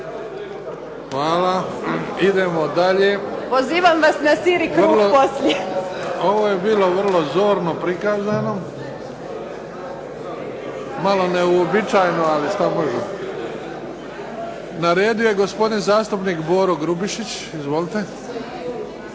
poslije. **Bebić, Luka (HDZ)** Dobro. Ovo je bilo vrlo zorno prikazano. Malo neuobičajeno, ali što možemo. Na redu je gospodin zastupnik Boro Grubišić. Izvolite.